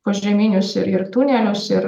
požeminius ir ir tunelius ir